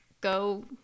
Go